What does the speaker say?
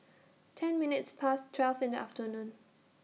ten minutes Past twelve in The afternoon